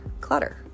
clutter